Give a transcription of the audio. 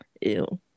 Ew